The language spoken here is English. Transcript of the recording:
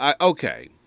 okay